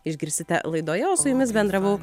išgirsite laidoje o su jumis bendravau